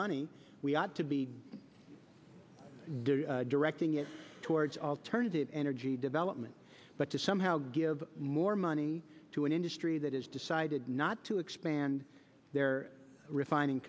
money we ought to be doing directing it towards alternative energy development but to somehow give more money to an industry that has decided not to expand their refining